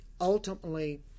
ultimately